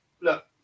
Look